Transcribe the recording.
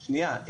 שנייה,